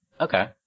Okay